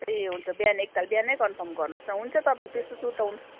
ए हुन्छ बिहान एक ताल बिहानै कन्फर्म गर्नुहोस् न हुन्छ तपाईँहरू त्यस्तो सुर्ताउनु